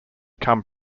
come